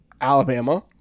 Alabama